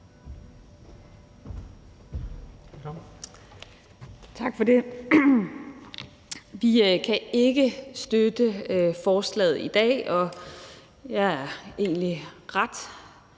Tak for det. Vi kan ikke støtte forslaget i dag, og jeg er egentlig ret